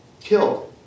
killed